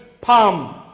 palm